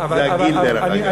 זה הגיל, דרך אגב.